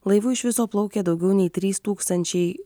laivu iš viso plaukė daugiau nei trys tūkstančiai